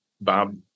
Bob